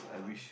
ah